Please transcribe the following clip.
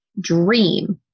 dream